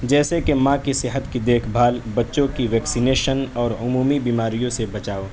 جیسے کہ ماں کی صحت کی دیکھ بھال بچوں کی ویکسنیشن اور عمومی بیماریوں سے بچاؤ